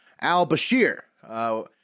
al-Bashir